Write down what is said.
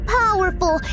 powerful